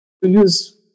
use